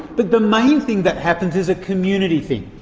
but the main thing that happens is a community thing.